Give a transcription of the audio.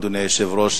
אדוני היושב-ראש,